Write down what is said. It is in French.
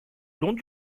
long